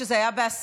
כשזה היה בהסכמה,